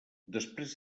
després